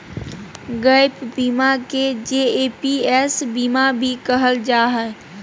gap बीमा के GAPS बीमा भी कहल जा हय